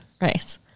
Right